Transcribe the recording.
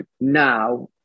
now